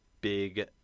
big